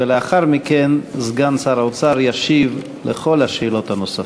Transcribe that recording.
ולאחר מכן סגן שר האוצר ישיב על כל השאלות הנוספות.